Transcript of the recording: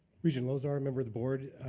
regent lozar, member of the board.